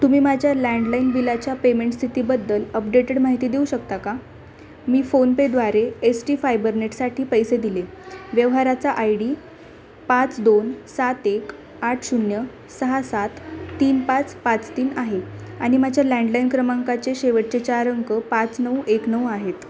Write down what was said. तुम्ही माझ्या लँडलाइन बिलाच्या पेमेंट स्थितीबद्दल अपडेटेड माहिती देऊ शकता का मी फोनपेद्वारे ए स टी फायबरनेटसाठी पैसे दिले व्यवहाराचा आय डी पाच दोन सात एक आठ शून्य सहा सात तीन पाच पाच तीन आहे आणि माझ्या लँडलाइन क्रमांकाचे शेवटचे चार अंक पाच नऊ एक नऊ आहेत